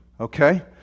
Okay